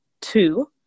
two